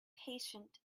patient